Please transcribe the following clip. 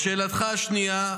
לשאלתך השנייה,